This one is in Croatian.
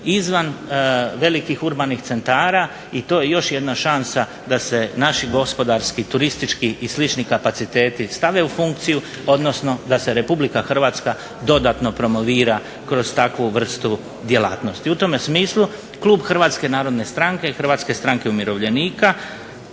izvan velikih urbanih centara i to je još jedna šansa da se naši gospodarski, turistički i slični kapaciteti stave u funkciju odnosno da se RH dodatno promovira kroz takvu vrstu djelatnosti. U tome smislu klub HNS-a i HSU-a podržava Prijedlog zakona o izmjenama